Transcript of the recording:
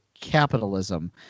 capitalism